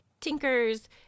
Tinkers